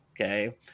okay